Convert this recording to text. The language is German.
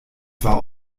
war